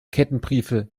kettenbriefe